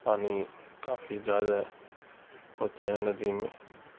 پانی کافی زیادہ ہوتے ہیں ندی میں